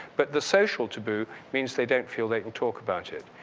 but the social taboo means they don't feel they can talk about it.